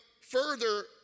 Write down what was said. further